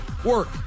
Work